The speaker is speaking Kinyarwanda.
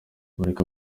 mureke